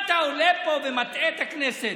מה אתה עומד פה ומטעה את הכנסת?